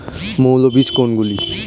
মৌল বীজ কোনগুলি?